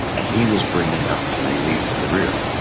and he was bringing up the relief in the rear.